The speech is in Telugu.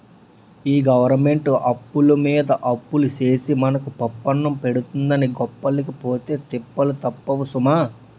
ఈ గవరమెంటు అప్పులమీద అప్పులు సేసి మనకు పప్పన్నం పెడతందని గొప్పలకి పోతే తిప్పలు తప్పవు సుమా